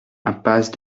impasse